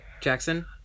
Jackson